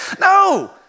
No